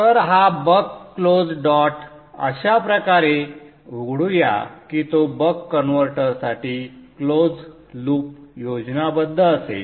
तर हा buck closed dot अशा प्रकारे उघडूया की तो बक कन्व्हर्टर साठी क्लोज लूप योजनाबद्ध असेल